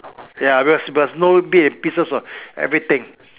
ya we must we must know bit and pieces of everything